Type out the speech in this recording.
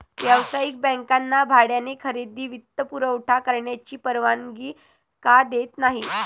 व्यावसायिक बँकांना भाड्याने खरेदी वित्तपुरवठा करण्याची परवानगी का देत नाही